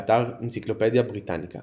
באתר אנציקלופדיה בריטניקה